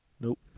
nope